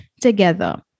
together